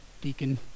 Deacon